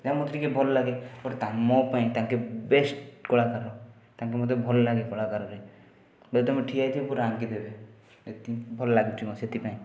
ଏଇଟା ଟିକିଏ ମୋତେ ଭଲଲାଗେ ବଟ୍ ମୋ ପାଇଁ ତାଙ୍କେ ବେଷ୍ଟ କଳାକାର ତାଙ୍କେ ମୋତେ ଭଲଲାଗେ କଳାକାରରେ ଯଦି ତୁମେ ଠିଆ ହେଇଥିବ ପୁରା ଆଙ୍କିଦେବେ ଏତିକି ଭଲ ଲାଗୁଛି ମୋତେ ସେଥିପାଇଁ